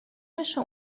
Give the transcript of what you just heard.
بشه